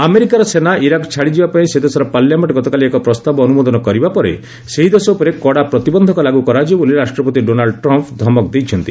ଆମେରିକାର ସେନା ଇରାକ୍ ଛାଡ଼ିଯିବାପାଇଁ ସେ ଦେଶର ପାର୍ଲାମେଣ୍ଟ ଗତକାଲି ଏକ ପ୍ରସ୍ତାବ ଅନୁମୋଦନ କରିବା ପରେ ସେହି ଦେଶ ଉପରେ କଡ଼ା ପ୍ରତିବନ୍ଧକ ଲାଗୁ କରାଯିବ ବୋଲି ରାଷ୍ଟ୍ରପତି ଡୋନାଲ୍ଡ୍ ଟ୍ରମ୍ପ୍ ଧମକ ଦେଇଛନ୍ତି